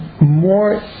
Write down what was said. more